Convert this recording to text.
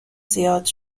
زیاد